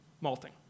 malting